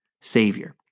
savior